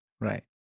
Right